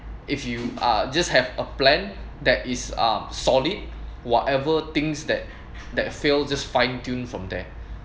if you are just have a plan that is uh solid whatever things that that fail just fine tune from there